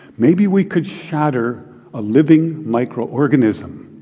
maybe we could shatter a living microorganism.